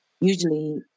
usually